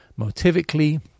motivically